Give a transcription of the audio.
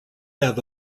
have